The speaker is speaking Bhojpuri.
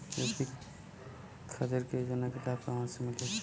यू.पी खातिर के योजना के लाभ कहवा से मिली?